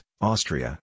Austria